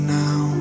now